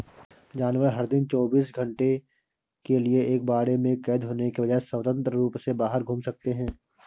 जानवर, हर दिन चौबीस घंटे के लिए एक बाड़े में कैद होने के बजाय, स्वतंत्र रूप से बाहर घूम सकते हैं